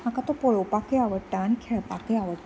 म्हाका तो पळोवपाक्कय आवडटा आनी खेळपाकय आवडटा